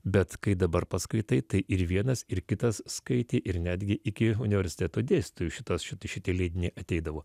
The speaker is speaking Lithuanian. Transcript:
bet kai dabar paskaitai tai ir vienas ir kitas skaitė ir netgi iki universiteto dėstytojų šitas šita šitie leidiniai ateidavo